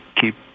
keep